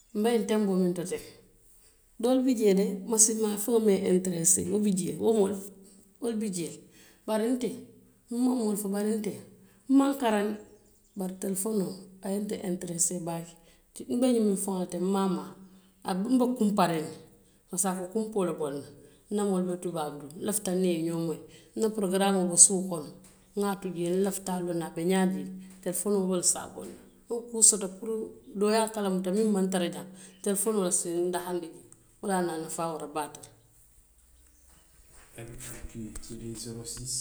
Nbe ñiŋ tenboo muŋ te teŋ, doolu be jee de masinmaa feŋo maŋ i enteresee, wolu be jee le. Bari nte nmaŋ moolu fo, bari nte n maŋ karaŋ, bari telefonoo a ye n enteresee le baake, nbe ñiŋ miŋ faŋo la n maŋ a maa, n be kunpariŋ ne, kaatu a ka kunpoo le nboŋ na. Nnaa moolu be tubaabuduu n lafita n niŋ i ye ñoŋ mooyi n na pororgaraamoo be suo kono n ŋa tuu jee le. N lafita a loŋ na a bee ñaadii le. Telefonoo le se a boŋ na niŋ nŋa kuu soto puru doolu se a moyi telefonoo le se n dahandi jee.